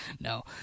No